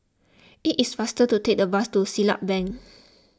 it is faster to take the bus to Siglap Bank